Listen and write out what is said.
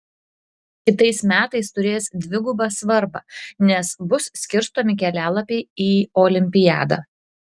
kitais metais turės dvigubą svarbą nes bus skirstomi kelialapiai į olimpiadą